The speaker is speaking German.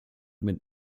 mit